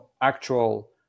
actual